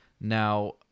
Now